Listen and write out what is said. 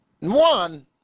one